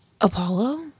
Apollo